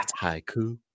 haiku